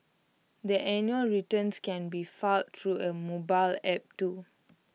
the annual returns can be filed through A mobile app too